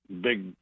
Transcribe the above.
big